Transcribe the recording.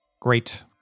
Great